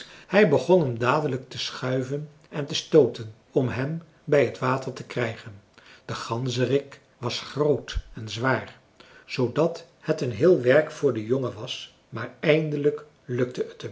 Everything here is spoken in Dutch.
hij begon hem dadelijk te schuiven en te stooten om hem bij het water te krijgen de ganzerik was groot en zwaar zoodat het een heel werk voor den jongen was maar eindelijk lukte het